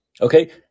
Okay